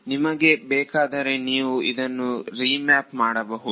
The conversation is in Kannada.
ನಿಮಗೆ ಬೇಕಾದರೆ ನೀವು ಇದನ್ನು ರೀಮ್ಯಾಪ್ ಮಾಡಬಹುದು